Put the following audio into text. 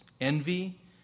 envy